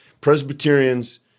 Presbyterians